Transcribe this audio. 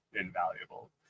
invaluable